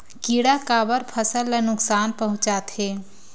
किड़ा काबर फसल ल नुकसान पहुचाथे?